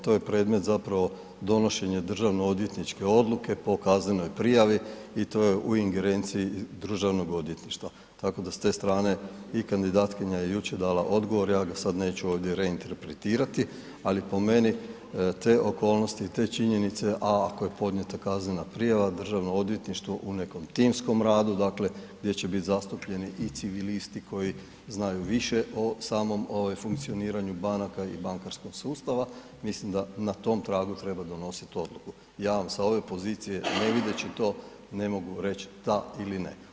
To je predmet zapravo, donošenje državnoodvjetničke odluke po kaznenoj prijavi i to je u ingerenciji DORH-a, tako da s te strane i kandidatkinja je jučer dala odgovor, ja ga sad neću ovdje reinterpretirati, ali po meni te okolnosti i te činjenice, a ako je podnijeta kaznena prijava, DORH u nekom timskom radu, dakle, gdje će biti zastupljeni i civilisti koji znaju više o samom funkcioniranju banaka i bankarskog sustava, mislim da na tom tragu treba donositi odluku, ja vam sa ove pozicije ne vidjevši to ne mogu reći da ili ne.